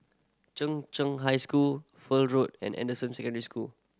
Cheng Cheng High School Fur Road and Anderson Secondary School